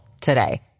today